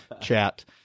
chat